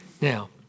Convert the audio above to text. Now